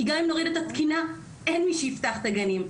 כי גם אם נוריד את התקינה אין מי שיפתח את הגנים.